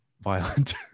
violent